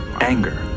anger